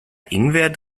ingwer